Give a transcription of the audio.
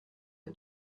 est